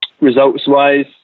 Results-wise